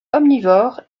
omnivore